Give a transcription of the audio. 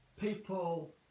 people